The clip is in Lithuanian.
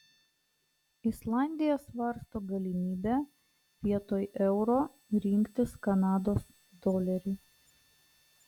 islandija svarsto galimybę vietoj euro rinktis kanados dolerį